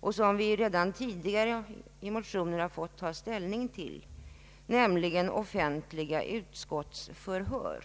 och som vi redan tidigare genom motioner fått ta ställning till, nämligen offentliga utskottsförhör.